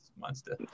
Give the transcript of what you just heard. monster